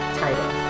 title